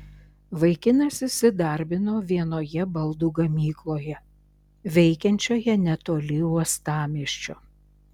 vaikinas įsidarbino vienoje baldų gamykloje veikiančioje netoli uostamiesčio